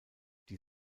die